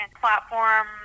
platform